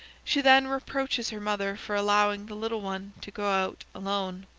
she then reproaches her mother for allowing the little one to go out alone.